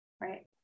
right